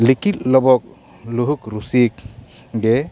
ᱞᱤᱠᱤᱫ ᱞᱚᱵᱚᱜ ᱞᱩᱦᱩᱠ ᱨᱩᱥᱤᱠ ᱜᱮ